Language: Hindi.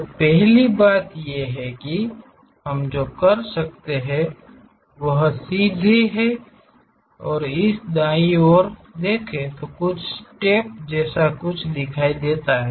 तो पहली बात यह है कि हम जो कर सकते हैं वह सीधे है इस दाईं ओर देखें जो कुछ step जैसे दृश्य दिखाई देते हैं